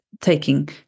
taking